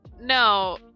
no